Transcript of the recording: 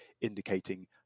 indicating